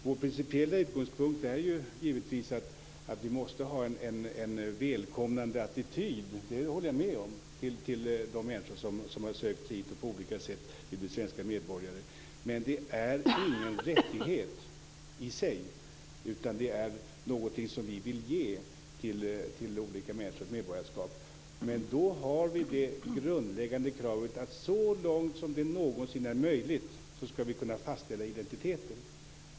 Vår principiella utgångspunkt är givetvis att vi måste ha en välkomnande attityd till de människor som har sökt sig hit på olika sätt och vill bli svenska medborgare. Det håller jag med om. Men det är ingen rättighet i sig. Ett medborgarskap är någonting som vi vill ge till olika människor. Då har vi det grundläggande kravet att vi så långt som det någonsin är möjligt skall kunna fastställa identiteten.